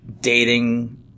dating